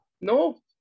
No